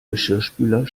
geschirrspüler